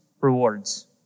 rewards